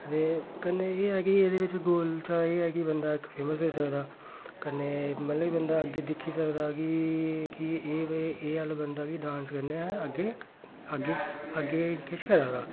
ते कन्नै एह् कि एह्दे बिच्च गोल चा एह् ऐ कि बंदा इक फेमस होई सकदा कन्नै इक मतलब कि बंदा अग्गें दिक्खी सकदा कि कि एह् भाई एह् आह्ला बंदा बी डांस करने अग्गें अग्गें अग्गें किश करा दा